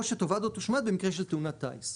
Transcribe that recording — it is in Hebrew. או שתאבד או תושמד במקרה של תאונת טייס.